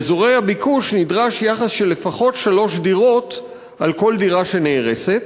באזורי הביקוש נדרש יחס של שלוש דירות לפחות על כל דירה שנהרסת,